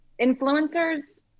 influencers